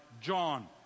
John